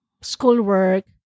schoolwork